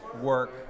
work